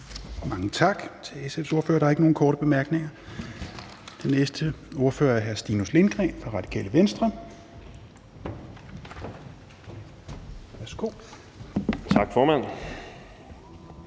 Mange tak til SF's ordfører. Der er ikke nogen korte bemærkninger. Den næste ordfører er hr. Stinus Lindgreen fra Radikale Venstre. Værsgo. Kl.